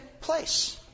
place